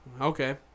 Okay